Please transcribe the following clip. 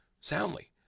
soundly